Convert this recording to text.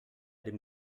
dem